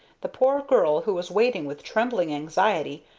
the poor girl, who was waiting with trembling anxiety,